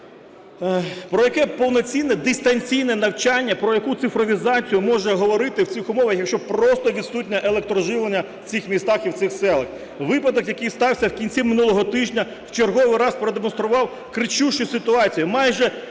Про яке повноцінне дистанційне навчання, про яку цифровізацію можна говорити в цих умовах, якщо просто відсутнє електроживлення в цих містах і в цих селах? Випадок, який стався в кінці минулого тижня, в черговий раз продемонстрував кричущу ситуацію.